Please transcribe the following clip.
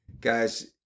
guys